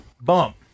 bump